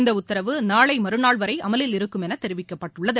இந்த உத்தரவு நாளை மறுநாள் வரை அமலில் இருக்கும் என தெரிவிக்கப்பட்டுள்ளது